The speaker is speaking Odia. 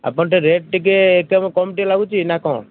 ଆପଣ ଟିକେ ରେଟ୍ ଟିକେ ଏଠି ଆମକୁ କମ ଟିକେ ଲାଗୁଛି ନା କ'ଣ